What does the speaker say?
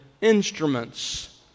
instruments